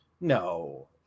No